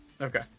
Okay